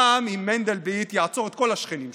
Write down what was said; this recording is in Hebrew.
גם אם מנדלבליט יעצור את כל השכנים שלו.